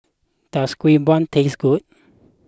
does Kuih Bom taste good